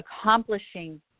accomplishing